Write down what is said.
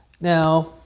Now